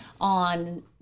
on